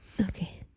Okay